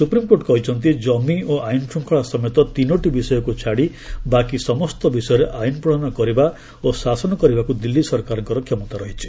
supreme court କହିଛନ୍ତି କମି ଓ ଆଇନ୍ଶୃଙ୍ଖଳା ସମେତ ତିନୋଟି ବିଷୟକ୍ତ ଛାଡ଼ି ବାକି ସମସ୍ତ ବିଷୟରେ ଆଇନ ପ୍ରଶୟନ କରିବା ଓ ଶାସନ କରିବାକୁ ଦିଲ୍ଲୀ ସରକାରଙ୍କର କ୍ଷମତା ରହିଛି